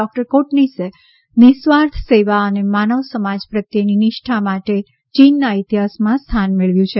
doctor કોટનીસે નિસ્વાર્થ સેવા અને માનવ સમાજ પ્રત્યેની નિષ્ઠા માટે ચીનના ઇતિહાસમાં સ્થાન મેળવ્યું છે